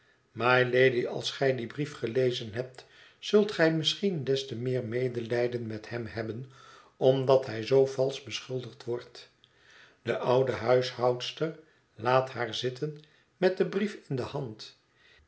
mylady als gij dien brief gelezen hebt zult gij misschien des te meer medelijden met hem hebben omdat hij zoo valsch beschuldigd wordt de oude huishoudster laat haar zitten met den briefin de hand